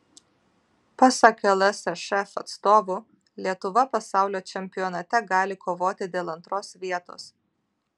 pasak lsšf atstovų lietuva pasaulio čempionate gali kovoti dėl antros vietos